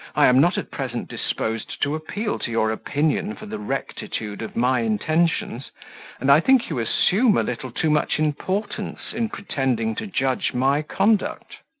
i am not at present disposed to appeal to your opinion for the rectitude of my intentions and i think you assume a little too much importance, in pretending to judge my conduct.